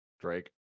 Drake